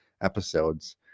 episodes